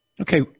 Okay